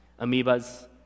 amoebas